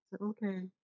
Okay